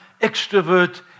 extrovert